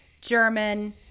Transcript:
German